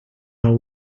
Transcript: know